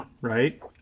right